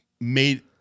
made